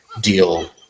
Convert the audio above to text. deal